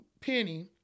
penny